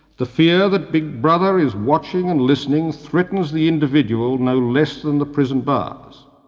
the fear that big brother is watching and listening threatens the individual no less than the prison bars.